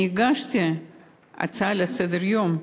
הגשתי הצעה לסדר-היום,